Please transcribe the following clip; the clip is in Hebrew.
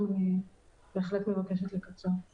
ואני בהחלט מבקשת לקצר את לוחות הזמנים.